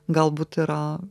galbūt yra